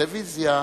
לטלוויזיה,